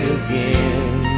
again